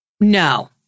No